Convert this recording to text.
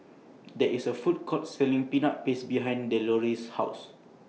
There IS A Food Court Selling Peanut Paste behind Deloris' House